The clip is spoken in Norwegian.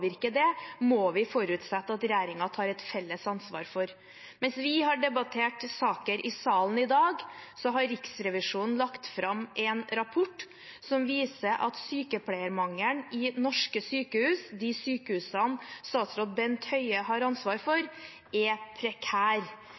påvirker det, må vi forutsette at regjeringen tar et felles ansvar for. Mens vi har debattert saker i salen i dag, har Riksrevisjonen lagt fram en rapport som viser at sykepleiermangelen i norske sykehus – de sykehusene statsråd Bent Høie har ansvaret for – er prekær.